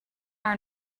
are